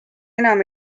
enam